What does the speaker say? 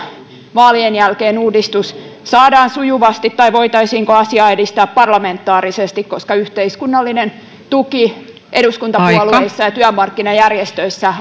vaalien jälkeen uudistus saadaan sujuvasti aikaan tai voitaisiinko asiaa edistää parlamentaarisesti koska yhteiskunnallinen tuki eduskuntapuolueissa ja työmarkkinajärjestöissä